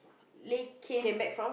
Lei came